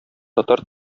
татар